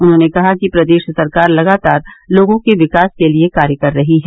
उन्होंने कहा कि प्रदेश सरकार लगातार लोगों के विकास के लिए कार्य कर रही है